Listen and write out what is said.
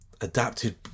adapted